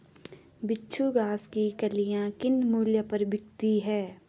बिच्छू घास की कलियां किस मूल्य पर बिकती हैं?